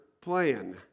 playing